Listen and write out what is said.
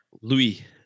Louis